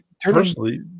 personally